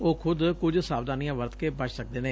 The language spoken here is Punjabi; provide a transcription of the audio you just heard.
ਉਹ ਖੁਦ ਕੁਝ ਸਾਵਧਾਨੀਆਂ ਵਰਤ ਕੇ ਬਚ ਸਕਦੇ ਨੇ